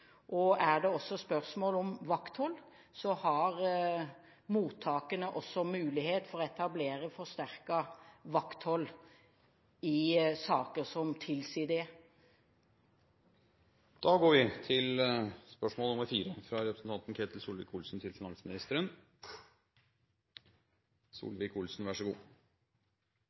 Er det spørsmål om vakthold, har mottakene også mulighet for å etablere forsterket vakthold i saker som tilsier